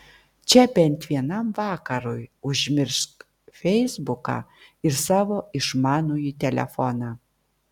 čia bent vienam vakarui užmiršk feisbuką ir savo išmanųjį telefoną